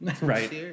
Right